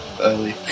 early